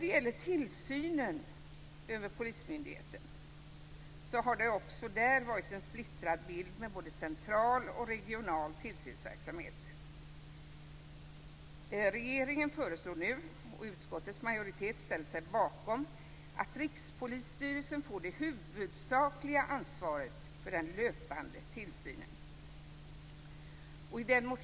Beträffande tillsynen över polismyndigheten har det även där varit en splittrad bild med både central och regional tillsynsverksamhet. Regeringen föreslår nu, vilket utskottets majoritet ställer sig bakom, att Rikspolisstyrelsen får det huvudsakliga ansvaret för den löpande tillsynen.